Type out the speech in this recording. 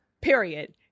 Period